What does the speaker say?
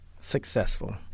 successful